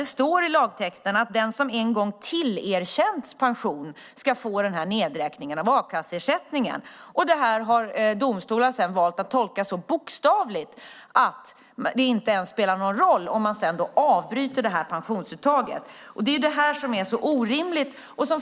Det står i lagtexten att den som en gång tillerkänts pension ska få nedräkning av a-kasseersättningen, och det har domstolar valt att tolka så bokstavligt att det inte spelar någon roll om man avbryter pensionsuttaget. Det är detta som är så orimligt.